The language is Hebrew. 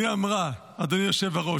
מי אמר, אדוני היושב-ראש?